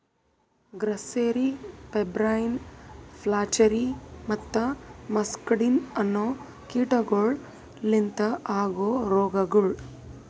grasserie, pebrine, flacherie ಮತ್ತ muscardine ಅನೋ ಕೀಟಗೊಳ್ ಲಿಂತ ಆಗೋ ರೋಗಗೊಳ್